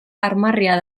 armarria